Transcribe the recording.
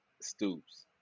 Stoops